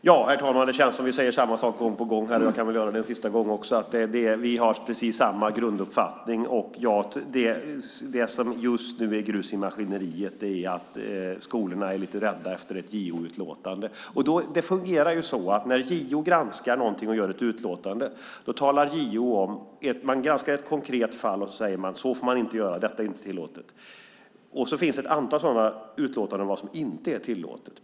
Herr talman! Det känns som att vi säger samma sak gång på gång här, och jag kan väl göra det en sista gång. Vi har precis samma grunduppfattning. Det som just nu skapat grus i maskineriet är att skolorna är lite rädda efter ett JO-utlåtande. Det fungerar så att JO granskar ett konkret fall och säger: Så får man inte göra. Detta är inte tillåtet. Det finns ett antal sådana utlåtanden om vad som inte är tillåtet.